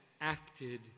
acted